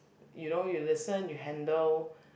you know you listen you handle